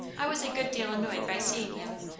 i was a good deal annoyed by seeing him,